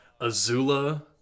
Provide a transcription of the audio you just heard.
Azula